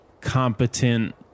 competent